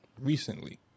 recently